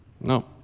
No